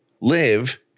live